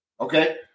Okay